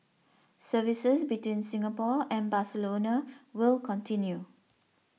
services between Singapore and Barcelona will continue